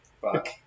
Fuck